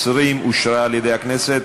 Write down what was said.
220), התשע"ו 2016, אושרה על-ידי הכנסת.